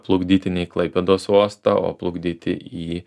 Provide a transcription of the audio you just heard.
plukdyti ne į klaipėdos uostą o plukdyti į